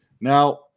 Now